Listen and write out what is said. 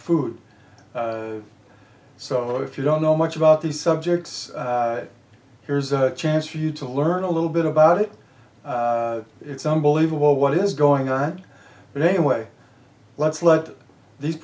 food so if you don't know much about these subjects here's a chance for you to learn a little bit about it it's unbelievable what is going on but anyway let's let these